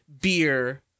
beer